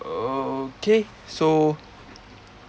okay so